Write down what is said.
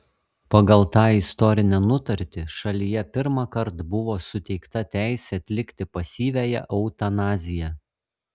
pagal tą istorinę nutartį šalyje pirmąkart buvo suteikta teisė atlikti pasyviąją eutanaziją